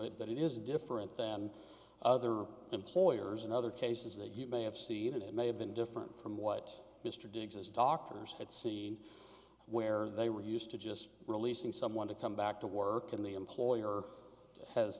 it but it is different than other employers in other cases that you may have seen it may have been different from what mr diggs as doctors had seen where they were used to just releasing someone to come back to work in the employer has